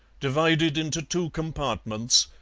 divided into two compartments,